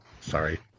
Sorry